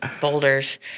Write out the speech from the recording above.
boulders